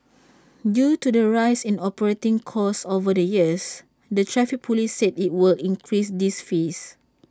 due to the rise in operating costs over the years the traffic Police said IT will increase these fees